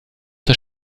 zur